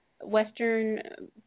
Western